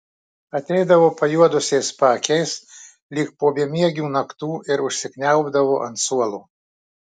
ateidavo pajuodusiais paakiais lyg po bemiegių naktų ir užsikniaubdavo ant suolo